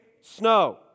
snow